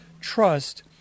trust